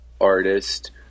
artist